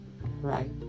right